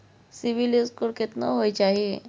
CIBIL score केतना होय चाही?